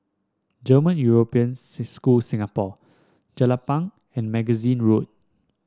German European School Singapore Jelapang and Magazine Road